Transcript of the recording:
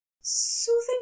Soothing